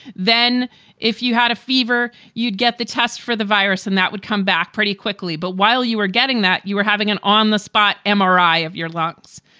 then if you had a fever, you'd get the test for the virus and that would come back pretty quickly. but while you were getting that, you were having an on the spot and mri of your lot.